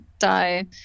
die